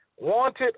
Wanted